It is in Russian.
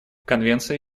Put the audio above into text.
конвенция